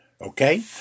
okay